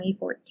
2014